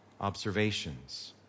observations